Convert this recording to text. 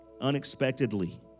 unexpectedly